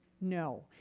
No